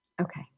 Okay